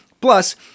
Plus